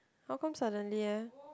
how come suddenly eh